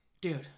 Dude